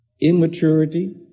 immaturity